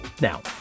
now